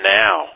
now